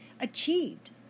achieved